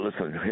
listen